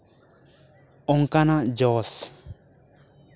ᱚᱱᱠᱟᱱᱟᱜ ᱡᱚᱥ